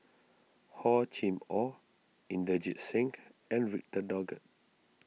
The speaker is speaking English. Hor Chim or Inderjit Singh and Victor Doggett